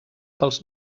pels